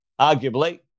arguably